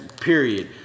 period